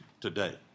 today